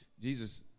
Jesus